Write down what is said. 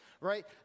right